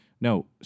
No